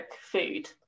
food